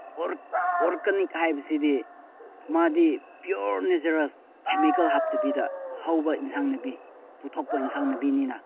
organic ꯍꯥꯏꯕꯁꯤꯗꯤ ꯃꯥꯗꯤ pure natural chemical ꯍꯥꯞꯇꯕꯤꯗ ꯍꯧꯕ ꯑꯦꯟꯁꯥꯡ ꯅꯥꯄꯤ ꯄꯨꯊꯣꯛꯄ ꯑꯦꯟꯁꯥꯡ ꯅꯥꯄꯤꯅꯤꯅ